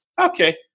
okay